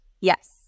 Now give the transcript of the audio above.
Yes